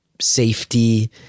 safety